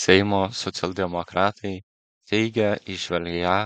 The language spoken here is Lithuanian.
seimo socialdemokratai teigia įžvelgią